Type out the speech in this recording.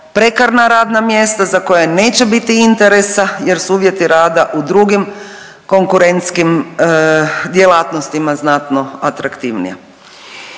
prekarna radna mjesta za koja neće biti interesa jer su uvjeti rada u drugim konkurentskim djelatnostima znatno atraktivnija.